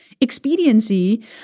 expediency